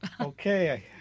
Okay